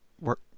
work